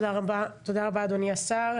תודה רבה, אדוני השר.